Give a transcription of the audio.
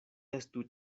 estu